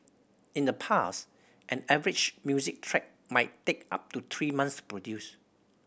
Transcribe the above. in the past an average music track might take up to three months to produce